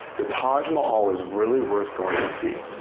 the taj mahal is really worth going to see,